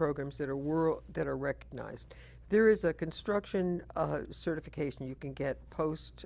programs that are world that are recognised there is a construction certification you can get post